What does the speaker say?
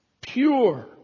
Pure